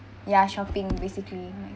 ya shopping basically